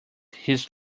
his